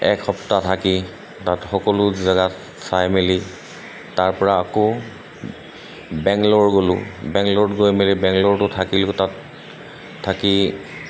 এক সপ্তাহ থাকি তাত সকলো জেগাত চাই মেলি তাৰপৰা আকৌ বেংলৰ গ'লোঁ বেংলৰত গৈ মেলি বেংগলৰটো থাকিলোঁ তাত থাকি